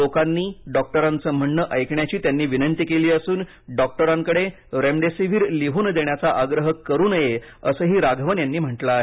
लोकांनी डॉक्टरांचे म्हणणे ऐकण्याची त्यांनी विनंती केली असून डॉक्टरांकडे रेमडिसीव्हर लिहून देण्याचा आग्रह करू नये असंही राघवन यांनी म्हटलं आहे